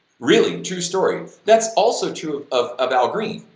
really, true story. that's also true of of al green.